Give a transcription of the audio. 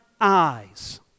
eyes